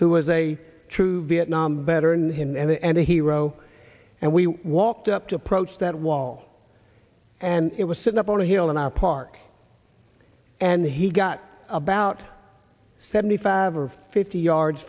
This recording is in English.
who was a true vietnam veteran him and a hero and we walked up to approach that wall and it was sitting up on a hill in our park and he got about seventy five or fifty yards